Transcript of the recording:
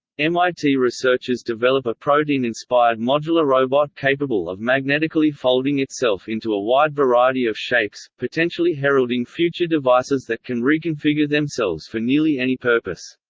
mit researchers develop a protein-inspired modular robot capable of magnetically folding itself into a wide variety of shapes, potentially heralding future devices that can reconfigure themselves for nearly any purpose.